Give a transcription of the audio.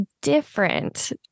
different